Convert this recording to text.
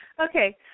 Okay